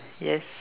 yes